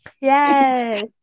Yes